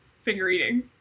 finger-eating